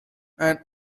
and